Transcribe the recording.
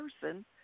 person